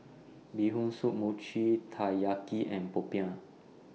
Bee Hoon Soup Mochi Taiyaki and Popiah